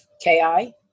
Ki